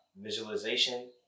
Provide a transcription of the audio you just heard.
visualization